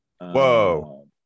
Whoa